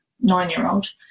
nine-year-old